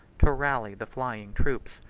to rally the flying troops.